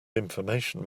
information